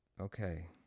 Okay